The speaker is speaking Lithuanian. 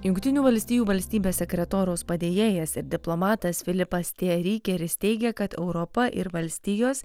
jungtinių valstijų valstybės sekretoriaus padėjėjas ir diplomatas filipas t rykeris teigia kad europa ir valstijos